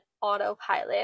autopilot